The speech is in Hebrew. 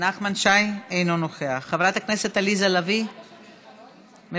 אינו נוכח, חברת הכנסת עליזה לביא, מוותרת.